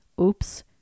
Oops